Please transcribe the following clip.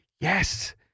Yes